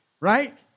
right